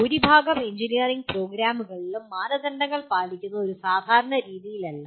ഭൂരിഭാഗം എഞ്ചിനീയറിംഗ് പ്രോഗ്രാമുകളിലും മാനദണ്ഡങ്ങൾ പാലിക്കുന്നത് ഒരു സാധാരണ രീതിയല്ല